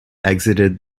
exited